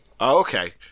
Okay